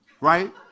Right